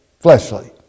Fleshly